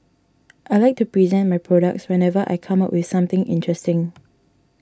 I like to present my products whenever I come up with something interesting